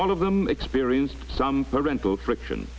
all of them experienced some parental friction